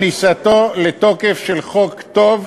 כניסתו לתוקף של חוק טוב,